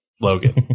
Logan